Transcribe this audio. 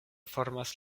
formas